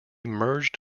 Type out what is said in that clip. merged